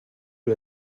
you